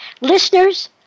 Listeners